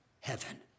heaven